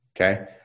Okay